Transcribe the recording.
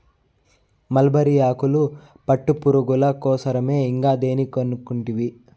mulberry ఆకులు పట్టుపురుగుల కోసరమే ఇంకా దేని కనుకుంటివి